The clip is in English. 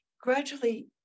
gradually